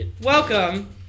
Welcome